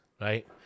right